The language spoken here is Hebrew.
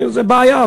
זו בעיה,